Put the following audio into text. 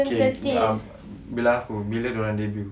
K um bila aku bila diorang debut